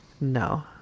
No